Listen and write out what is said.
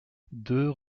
deux